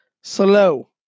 slow